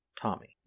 Tommy